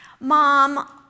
Mom